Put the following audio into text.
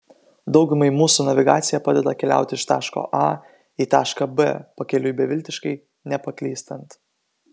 daugumai mūsų navigacija padeda keliauti iš taško a į tašką b pakeliui beviltiškai nepaklystant